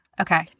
Okay